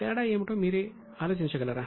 తేడా ఏమిటో మీరు ఆలోచించగలరా